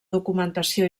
documentació